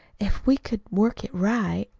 if we could work it right.